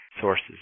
sources